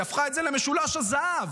היא הפכה את זה למשולש הזהב,